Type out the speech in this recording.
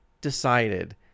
decided